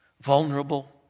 vulnerable